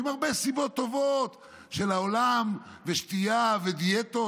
עם הרבה סיבות טובות של העולם ושתייה ודיאטות,